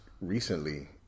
recently